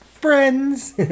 Friends